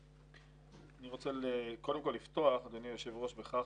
אני רוצה קודם כול לפתוח, אדוני היושב-ראש, בכך